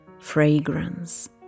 Fragrance